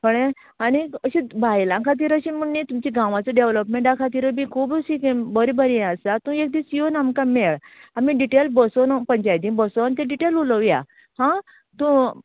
कळ्ळें आनीक अशें बायलां खातीर अशें म्हण न्ही तुमचे गांवाचे डेव्हलाॅपमेन्टा खातीरूय बी खूब अशीं बरें बरें यें आसा तूं एक दीस येवन आमकां मेळ आमी डिटेल्स बसून पंचायती बसोन तें डिटेल उलोवया हां सो